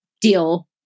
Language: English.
deal